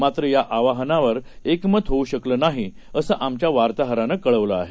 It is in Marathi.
मात्र या आवाहनावर एकमत होऊ शकलं नाही असं आमच्या वार्ताहरानं कळवलं आहे